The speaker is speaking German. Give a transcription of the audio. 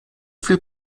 viel